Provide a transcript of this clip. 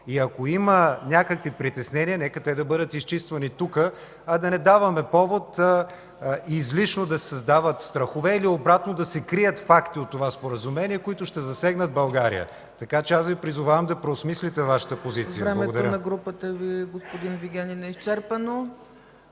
и ако има някакви притеснения, нека те да бъдат изчиствани тук, а да не даваме повод излишно да се създават страхове, или обратно, да се крият факти от това Споразумение, които ще засегнат България. Така че аз Ви призовавам да преосмислите Вашата позиция. Благодаря.